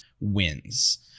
wins